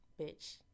Bitch